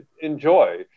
enjoy